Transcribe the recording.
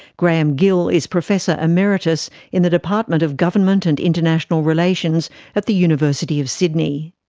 graeme gill is professor emeritus in the department of government and international relations at the university of sydney.